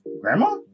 grandma